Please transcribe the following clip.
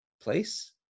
place